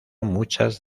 muchas